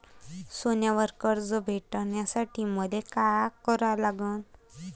सोन्यावर कर्ज भेटासाठी मले का करा लागन?